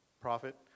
profit